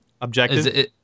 objective